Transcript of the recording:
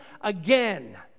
again